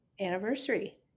anniversary